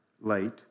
late